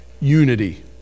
unity